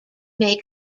may